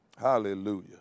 Hallelujah